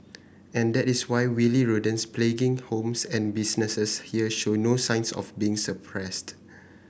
and that is why wily rodents plaguing homes and businesses here show no signs of being suppressed